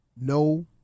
No